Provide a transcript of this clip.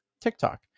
TikTok